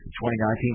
2019